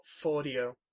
Fordio